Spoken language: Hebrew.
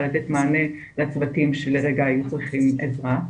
לתת מענה לצוותים שלרגע היו צריכים עזרה.